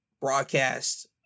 broadcast